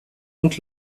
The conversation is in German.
und